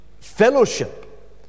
fellowship